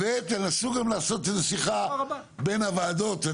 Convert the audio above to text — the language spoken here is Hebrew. ותנסו גם לעשות איזו שיחה בין הוועדות.